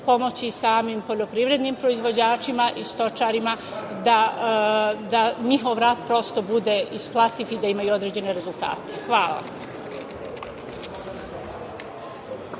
pomoći i samim poljoprivrednim proizvođačima i stočarima da njihov rad prosto bude isplativ i da imaju određene rezultate. Hvala.